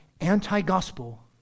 anti-gospel